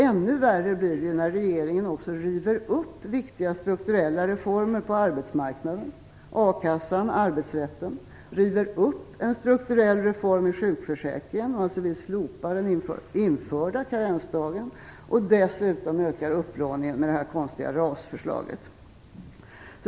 Ännu värre blir det när regeringen också river upp viktiga strukturella reformer på arbetsmarknaden - a-kassan, arbetsrätten - river upp en strukturell reform i sjukförsäkringen och alltså vill slopa den införda karensdagen och dessutom ökar upplåningen med det konstiga RAS-förslaget.